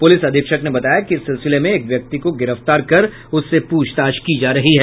police अधीक्षक ने बताया कि इस सिलसिले में एक व्यक्ति को गिरफ्तार कर उससे प्रछताछ की जा रही है